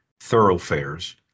thoroughfares